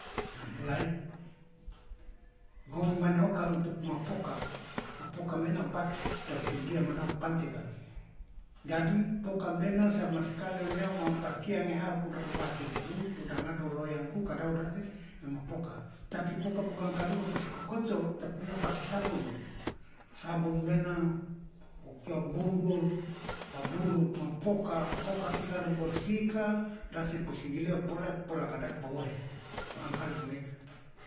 mulai ngomi mane oka untuk ma poka ma poka maena o bak i tersedia mena o panteka jadi poka mena sama skali o nyawa manga pakeang ya aho ku dahu ake ku lo dangado loyangku kadahu de ase yoma poka tapi poka bukang ka duka posi ko koco tape maena pake sabun sabun mena okia bundur pa bundur ma poka poka sigado bersihka dde ase posi gilio pola polaka dahe po woe barangkali cuma itu.